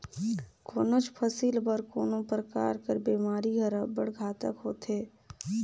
कोनोच फसिल बर कोनो परकार कर बेमारी हर अब्बड़ घातक होथे